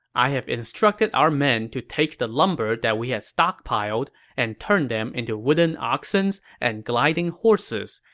i have instructed our men to take the lumber that we had stockpiled and turn them into wooden oxens and gliding horses.